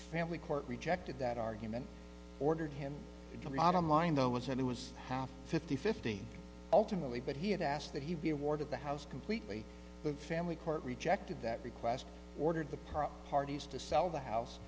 family court rejected that argument ordered him to not online though as it was half fifty fifty ultimately but he had asked that he be awarded the house completely the family court rejected that request ordered the proper parties to sell the house